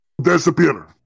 disappear